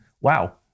Wow